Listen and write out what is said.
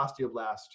osteoblast